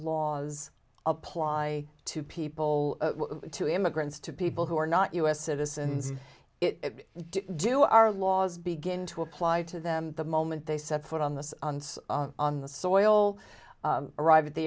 laws apply to people to immigrants to people who are not u s citizens it do our laws begin to apply to them the moment they set foot on this on the soil arrive at the